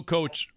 Coach